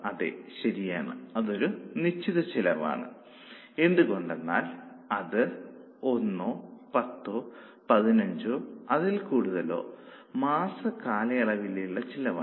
അതെ ശരിയാണ് അതൊരു നിശ്ചിത ചെലവാണ് എന്തുകൊണ്ടെന്നാൽ അത് ഒന്നോ പത്തോ പതിനഞ്ചോ അതിൽ കൂടുതലോ മാസ കാലയളവിലേക്കുള്ള ചെലവാണ്